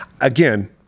again